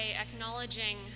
acknowledging